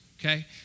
okay